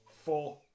Four